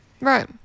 right